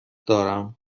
دارم